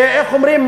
איך אומרים,